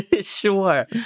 Sure